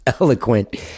eloquent